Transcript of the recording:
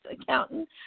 accountant